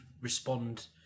respond